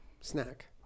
snack